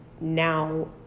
now